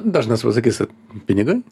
dažnas pasakys pinigai